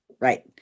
Right